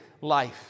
life